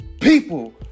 people